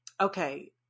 okay